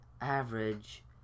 average